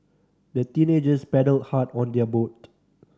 the teenagers paddled hard on their boat